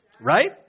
right